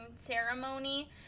ceremony